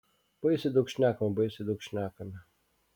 baisiai daug šnekame baisiai daug šnekame